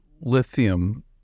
lithium